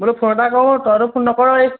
বোলো ফোন এটা কৰোঁ তইতো ফোন নকৰই